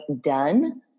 done